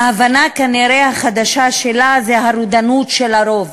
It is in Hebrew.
ההבנה, כנראה, החדשה שלה זה הרודנות של הרוב.